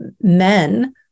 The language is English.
men